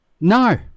No